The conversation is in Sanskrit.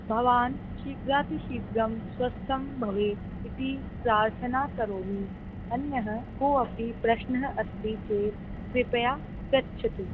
भवान् शीघ्रातिशीघ्रं स्वस्थं भवेत् इति प्रार्थना करोमि अन्यः कोपि प्रश्नः अस्ति चेत् कृपया पृच्छतु